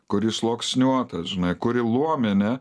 kuri sluoksniuota žinai kuri luominė